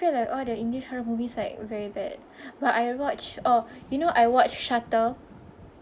feel like all the english horror movies like very bad but I watched oh you know I watched shutter